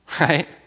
Right